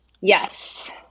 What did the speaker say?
yes